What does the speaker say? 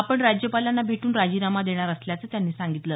आपण राज्यपालांना भेट्रन राजीनामा देणार असल्याचं त्यांनी सांगितलं